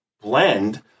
blend